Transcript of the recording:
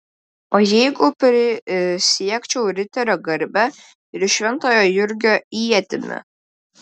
o jeigu prisiekčiau riterio garbe ir šventojo jurgio ietimi